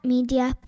Media